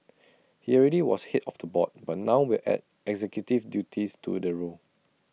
he already was Head of the board but now will add executive duties to the role